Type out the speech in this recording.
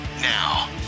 Now